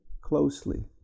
closely